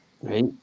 Right